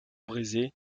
brisé